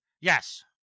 Yes